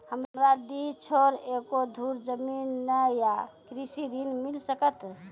हमरा डीह छोर एको धुर जमीन न या कृषि ऋण मिल सकत?